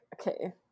Okay